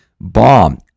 bomb